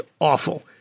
awful